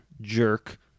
Jerk